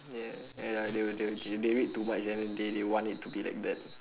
ya eh ya they would they would they'll read too much ya then they they want it to be like that